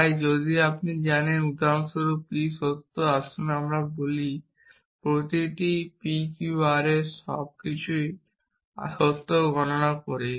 তাই আপনি যদি জানেন উদাহরণস্বরূপ p সত্য আসুন আমরা বলি প্রতিটি pqrs সবকিছুই সত্য গননা করি